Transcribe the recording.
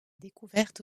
découverte